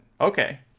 Okay